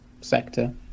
sector